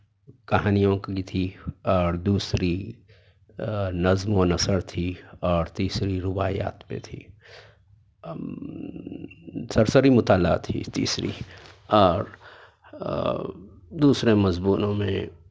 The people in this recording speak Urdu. کہانیوں کی تھی اور دوسری نظم و نثر تھی اور تیسری رباعیات پہ تھی سرسری مطالعہ تھی تیسری اور دوسرے مضمونوں میں